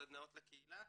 סדנאות לקהילה,